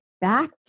back